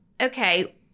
Okay